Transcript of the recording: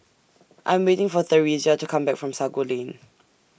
I Am waiting For Theresia to Come Back from Sago Lane